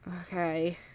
Okay